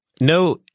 no